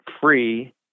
free